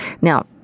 Now